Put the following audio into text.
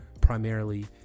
primarily